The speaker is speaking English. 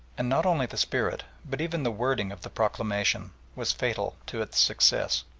and not only the spirit, but even the wording of the proclamation, was fatal to its success.